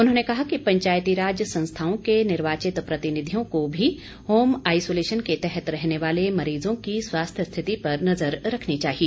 उन्होंने कहा कि पंचायतीराज संस्थाओं के निर्वाचित प्रतिनिधियों को भी होम आईसोलेशन के तहत रहने वाले मरीजों की स्वास्थ्य स्थिति पर नजर रखनी चाहिए